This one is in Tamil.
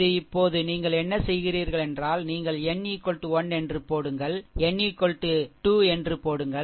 இது இப்போது நீங்கள் என்ன செய்கிறீர்கள் என்றால் நீங்கள் n1 என்று போடுங்கள்n 2 என்று போடுங்கள்